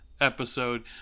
episode